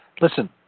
Listen